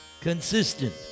consistent